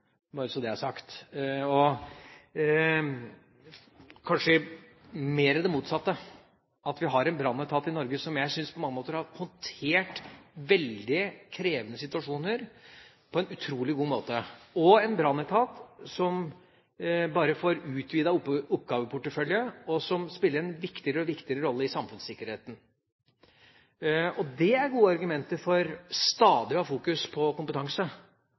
bare så det er sagt. Det er kanskje mer det motsatte, at vi har en brannetat i Norge som jeg syns på mange måter har håndtert veldig krevende situasjoner på en utrolig god måte, en brannetat som bare får utvidet oppgaveportefølje, og som spiller en viktigere og viktigere rolle i samfunnssikkerheten. Dét er gode argumenter for stadig å ha fokus på kompetanse.